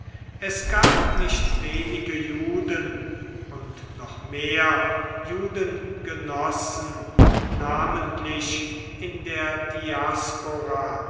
es gab nicht wenige juden und noch mehr judengenossen namentlich in der diaspora